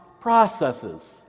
processes